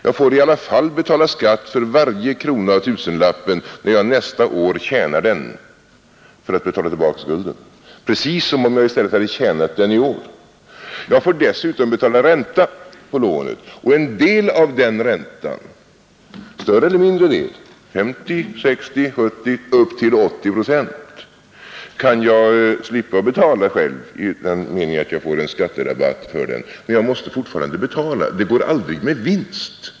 Jag får i alla fall betala skatt för varje krona av tusenlappen när jag nästa år tjänar den för att betala tillbaka skulden precis som om jag i stället hade tjänat den i år. Jag får dessutom betala ränta på lånet, och en del av den räntan — större eller mindre del, 50, 60, 70 och upp till 80 procent — kan jag slippa betala själv i och med att jag får en skatterabatt för den, men jag måste fortfarande betala, det går aldrig med vinst.